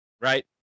Right